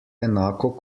enako